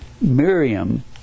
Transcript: Miriam